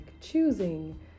choosing